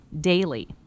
daily